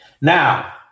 Now